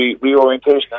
reorientation